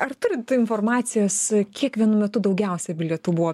ar turit informacijos kiek vienu metu daugiausiai bilietų buvo